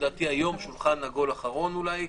לדעתי היום שולחן עגול אחרון אולי,